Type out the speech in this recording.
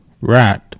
right